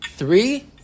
Three